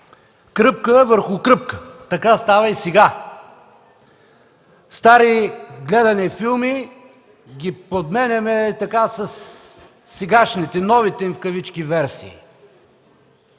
Кръпка върху кръпка! Така става и сега: стари, гледани филми ги подменяме със сегашните, с „новите” им версии.